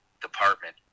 department